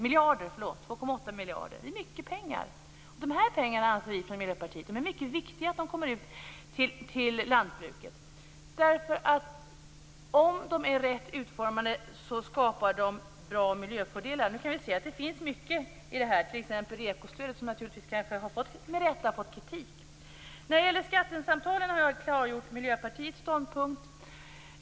Miljöpartiet anser att det är mycket viktigt att de här pengarna kommer ut till lantbruket. Om stöden är rätt utformade skapar de bra miljöfördelar. Nu finns det mycket i t.ex. REKO stödet som med rätta har fått kritik. När det gäller skattesamtalen har jag klargjort Miljöpartiets ståndpunkt.